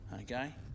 okay